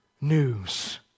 news